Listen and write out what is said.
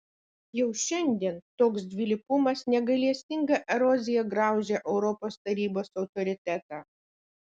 jau šiandien toks dvilypumas negailestinga erozija graužia europos tarybos autoritetą